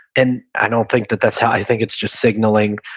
and i don't think that that's how, i think it's just signaling,